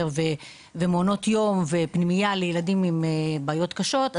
ומעונות יום ופנימייה לילדים עם בעיות קשות,